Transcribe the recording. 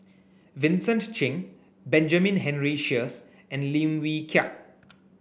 Vincent Cheng Benjamin Henry Sheares and Lim Wee Kiak